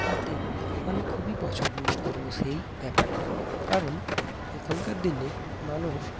তাতে আমি খুবই পছন্দ করব সেই ব্যাপারটাকে কারণ এখনকার দিনে মানুষ